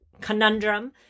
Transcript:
Conundrum